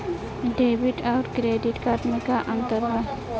Debit आउर credit card मे का अंतर बा?